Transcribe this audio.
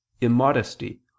immodesty